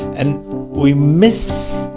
and we missed,